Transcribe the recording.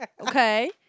okay